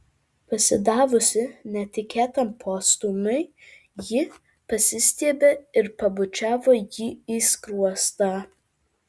pasidavusi netikėtam postūmiui ji pasistiebė ir pabučiavo jį į skruostą